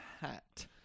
Hat